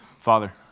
Father